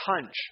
punch